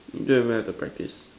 don't even have to practice